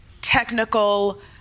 technical